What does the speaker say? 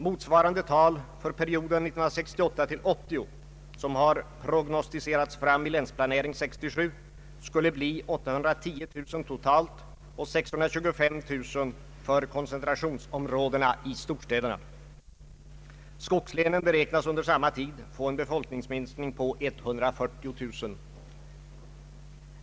Motsvarande tal för perioden 1968—1980, som prognostiserats fram i Länsplanering 67, skulle bli 810 000 totalt och 625 000 för koncentrationsområdena i storstäderna. Skogslänen beräknas under samma tid få en befolkningsminskning på 140 000.